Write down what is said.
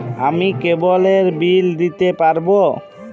আমি কেবলের বিল দিতে পারবো?